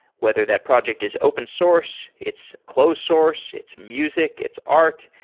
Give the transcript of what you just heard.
whether that project is open source, it's close source, it's music, it's art,